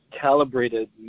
calibrated